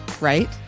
right